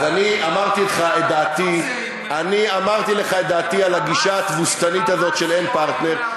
אז אני אמרתי לך את דעתי על הגישה התבוסתנית הזאת של אין פרטנר,